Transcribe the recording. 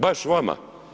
Baš vama.